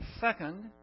Second